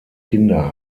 kinder